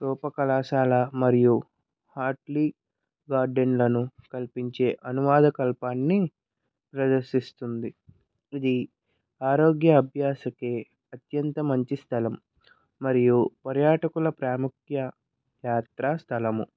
రూప కళాశాల మరియు ఆట్లి గార్డెన్లను కల్పించే అనువాద కల్పాన్ని ప్రదర్శిస్తుంది ఇది ఆరోగ్య అభ్యాసకి అత్యంత మంచి స్థలం మరియు పర్యాటకులు ప్రాముఖ్య యాత్రా స్థలము